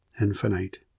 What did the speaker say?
infinite